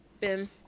ben